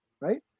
Right